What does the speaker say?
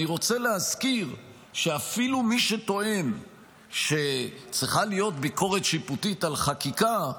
אני רוצה להזכיר שאפילו מי שטוען שצריכה להיות ביקורת שיפוטית על חקיקה,